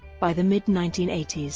by the mid nineteen eighty s,